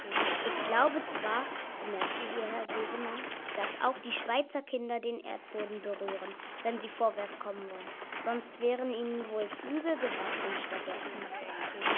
ich glaube zwar bemerkte hier herr sesemann dass auch die schweizerkinder den erdboden berühren wenn sie vorwärts kommen wollen sonst wären ihnen wohl flügel gewachsen statt der füße